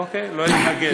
אוקיי, לא אתנגד.